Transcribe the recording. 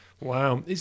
Wow